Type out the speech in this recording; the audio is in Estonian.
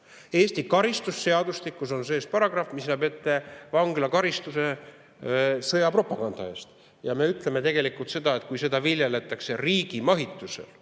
Eesti karistusseadustikus on sees paragrahv, mis näeb ette vanglakaristuse sõjapropaganda eest. Kui me ütleme, et kui seda viljeletakse riigi mahitusel,